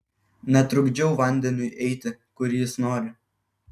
netrukdžiau vandeniui eiti kur jis nori